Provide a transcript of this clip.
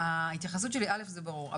א', זה ברור.